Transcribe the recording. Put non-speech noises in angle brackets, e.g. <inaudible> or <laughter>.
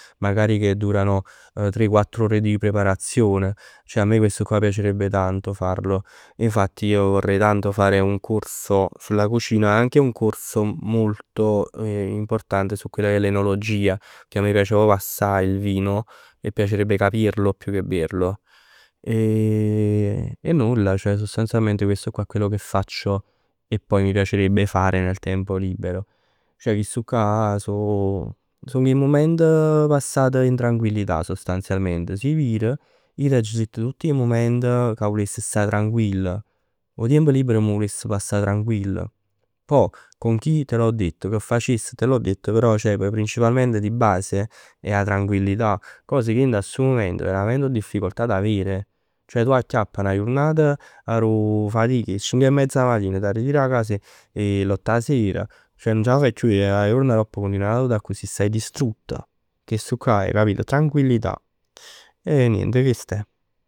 Magari che durano <hesitation> tre, quattro ore di preparazione. Ceh a me questo qua mi piacerebbe tanto farlo. Infatti io vorrei tanto fare un corso sulla cucina. Anche fare un corso molto importante su quella che è l'enologia. A me m' piace proprio assaje il vino e piacerebbe capirlo più che berlo. <hesitation> E nulla sostanzialmente questo qua è quello che faccio e poi mi piacerebbe fare nel tempo libero. Ceh chistuccà so, song 'e mument passat in tranquillità praticament. Si vir ij t'aggio ditt tutt 'e mument ca vuless sta tranquill. 'O tiemp libero m' 'o vuless passà tranquill. Pò con chi te l'ho detto, che facess te l'ho detto. Però principalmente di base è 'a tranquillità. Cosa ca ij dint 'a stu mument ho veramente difficoltà ad avere. Ceh tu acchiapp 'na jurnat addò fatic 'e cinc 'e mezz 'a matin. T'arritir 'a cas 'e l'otto 'a ser. Ceh nun c' 'a faje chiù e 'o juorn aropp continui n'ata vot accussì. Staj distrutt. Chestu'ccà è capit, tranquillità. E niente chest'è